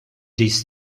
this